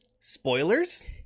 spoilers